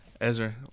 Ezra